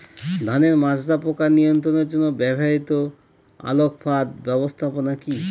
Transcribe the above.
ধানের মাজরা পোকা নিয়ন্ত্রণের জন্য ব্যবহৃত আলোক ফাঁদ ব্যবস্থাপনা কি?